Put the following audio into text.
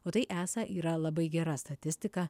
o tai esą yra labai gera statistika